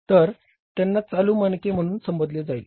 तर त्यांना चालू मानके म्हणून संबोधले जाईल